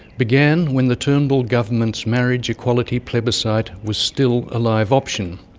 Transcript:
began when the turnbull government's marriage equality plebiscite was still a live option.